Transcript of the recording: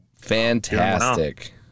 Fantastic